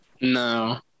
No